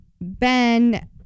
Ben